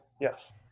Yes